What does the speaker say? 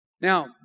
Now